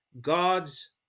God's